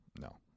no